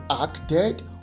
acted